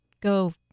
go